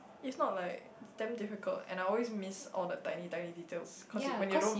it's not like damn difficult and I always miss all the tiny tiny details cause when you don't